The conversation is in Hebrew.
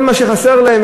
כל מה שחסר להם,